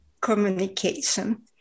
communication